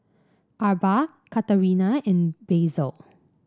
Arba Katerina and Basil